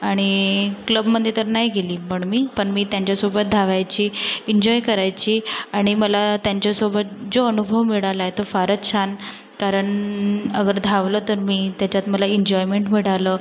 आणि क्लबमध्ये तर नाही गेली पण मी पण मी त्यांच्यासोबत धावायची इन्जॉय करायची आणि मला त्यांच्यासोबत जो अनुभव मिळाला आहे तो फारच छान कारण अगर धावलं तर मी त्याच्यात मला एन्जॉयमेंट मिळालं